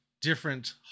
different